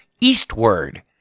Eastward